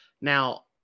Now